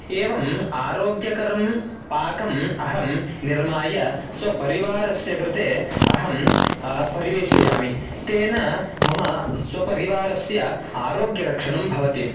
एवम् आरोग्यकरं पाकम् अहं निर्माय स्वपरिवारस्य कृते अहं परिवेशयामि तेन मम स्वपरिवारस्य आरोग्यरक्षणं भवति